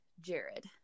jared